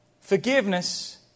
Forgiveness